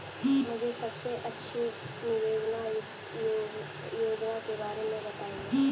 मुझे सबसे अच्छी निवेश योजना के बारे में बताएँ?